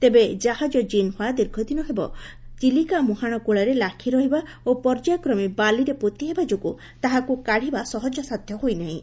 ତେବେ ଜାହାଜ ଜନ୍ ହ୍ୱା ଦୀର୍ଘଦିନ ହେବ ଚିଲିକା ମୁହାଁଶ କୁଳରେ ଲାଖ୍ ରହିବା ଓ ପର୍ଯ୍ୟାୟକ୍ରମେ ବାଲିରେ ପୋତି ହେବା ଯୋଗୁଁ ତାହାକୁ କାଡ଼ିବା ସହଜସାଧ୍ୟ ହୋଇନାହିଁ